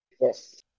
Yes